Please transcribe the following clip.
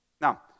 Now